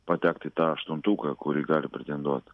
patekt į tą aštuntuką kuri gali pretenduot